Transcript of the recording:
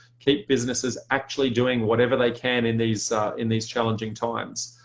keep businesses actually doing whatever they can in these in these challenging times.